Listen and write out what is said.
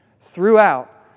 throughout